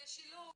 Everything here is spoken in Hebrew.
זה שילוב.